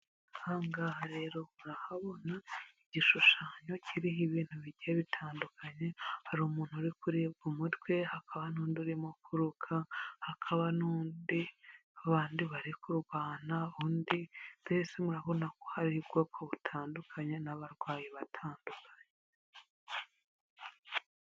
Ahanga rero urahabona igishushanyo kiriho ibintu bigiye bitandukanye, hari umuntu uri kuribwa umutwe, hakaba n'undi urimo kuruka, hakaba n'undi, abandi bari kurwana, undi mbese murabona ko hari ubwoko butandukanye n'abarwayi batandukanye.